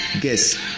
guess